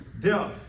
death